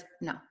no